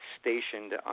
stationed